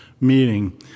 meeting